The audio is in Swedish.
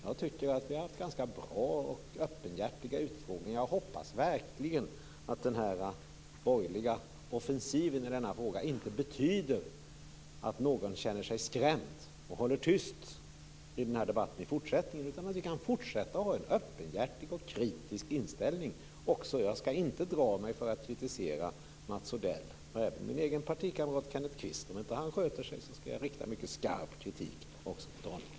Jag tycker att vi har haft ganska bra och öppenhjärtiga utfrågningar. Jag hoppas verkligen att den borgerliga offensiven i denna fråga inte betyder att någon känner sig skrämd till tystnad i den fortsatta debatten. Jag tycker att vi kan fortsätta att ha en öppenhjärtig och kritisk inställning. Jag skall inte dra mig för att kritisera Mats Odell och även min partikamrat Kenneth Kvist. Om han inte sköter sig tänker jag rikta mycket skarp kritik också mot honom.